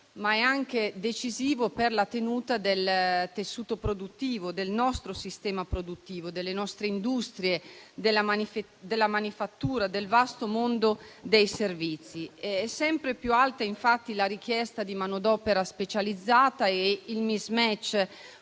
ma è anche decisivo per la tenuta del tessuto del nostro sistema produttivo, delle nostre industrie, della manifattura, del vasto mondo dei servizi. È sempre più alta, infatti, la richiesta di manodopera specializzata e il *mismatch*